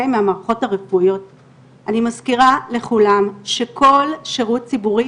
אני מזכירה לכולם שכל שירות ציבורי